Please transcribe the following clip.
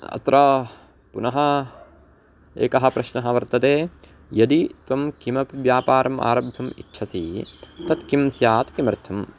अत्र पुनः एकः प्रश्नः वर्तते यदि त्वं किमपि व्यापारम् आरब्धुम् इच्छसि तत् किं स्यात् किमर्थम्